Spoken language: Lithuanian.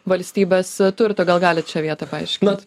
valstybės turtų gal galit šią vietą paaiškint